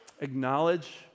acknowledge